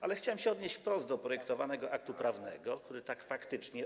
Ale chciałem się odnieść wprost do projektowanego aktu prawnego, który tak faktycznie.